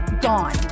gone